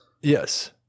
Yes